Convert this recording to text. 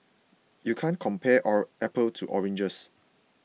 you can't compare our apples to oranges